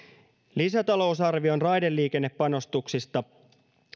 lisätalousarvion raideliikennepanostuksista